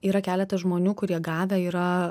yra keletas žmonių kurie gavę yra